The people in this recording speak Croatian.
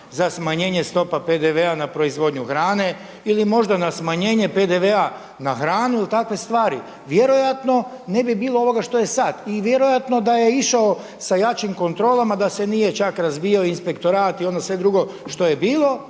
za smanjenje stopa PDV-a na proizvodnju hrane ili možda na smanjenje PDV-a na hranu ili takve stvari? Vjerojatno ne bi bilo ovoga što je sad i vjerojatno da je išao sa jačim kontrolama da se nije čak razvijao inspektorat i ono sve drugo što je bilo